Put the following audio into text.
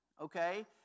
okay